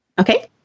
Okay